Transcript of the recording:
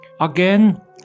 again